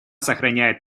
сохраняет